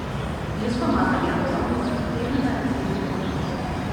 jus pamato vienas zombis kėblina artyn maurodamas